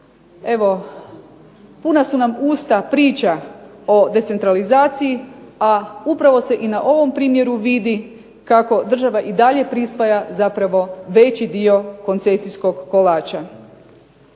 Evo puna su nam usta priča o decentralizaciji, a upravo se i na ovom primjeru vidi kako država i dalje prisvaja zapravo veći dio koncesijskog kolača.